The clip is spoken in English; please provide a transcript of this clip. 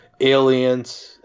Aliens